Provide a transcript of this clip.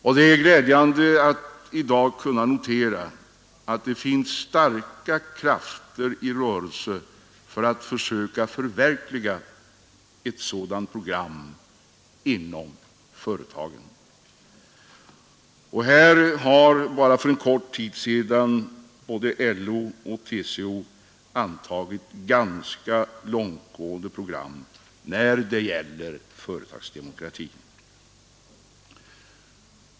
Det är också glädjande att i dag kunna notera att det finns starka krafter i rörelse för att förverkliga ett sådant program inom företagen. För en kort tid sedan antog både LO och TCO ganska långtgående Program när det gäller företagsdemokratin.